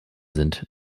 sind